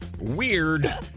weird